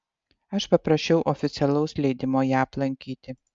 aš paprašiau oficialaus leidimo ją aplankyti